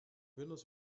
windows